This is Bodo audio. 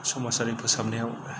समाजारि फोसाबनायाव